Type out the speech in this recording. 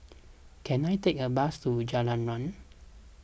can I take a bus to Jalan Riang